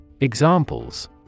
Examples